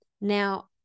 Now